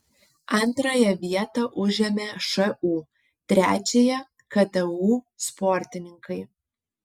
antrąją vietą užėmė šu trečiąją ktu sportininkai